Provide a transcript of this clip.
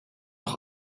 noch